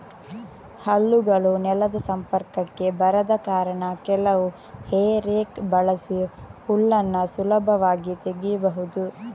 ಹಲ್ಲುಗಳು ನೆಲದ ಸಂಪರ್ಕಕ್ಕೆ ಬರದ ಕಾರಣ ಕೆಲವು ಹೇ ರೇಕ್ ಬಳಸಿ ಹುಲ್ಲನ್ನ ಸುಲಭವಾಗಿ ತೆಗೀಬಹುದು